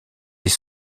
des